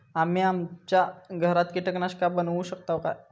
आम्ही आमच्या घरात कीटकनाशका बनवू शकताव काय?